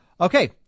Okay